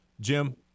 jim